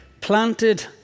Planted